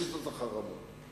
בשיטת החרמות.